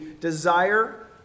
desire